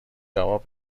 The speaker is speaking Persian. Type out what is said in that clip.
جواب